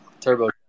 Turbo